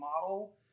model